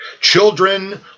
children